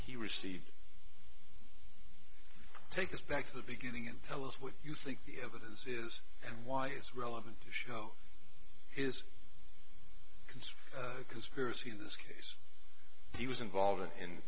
he received take us back to the beginning and tell us what you think the evidence is and why it's relevant to show his concern a conspiracy in this case he was involved in